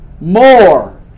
More